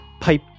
pipe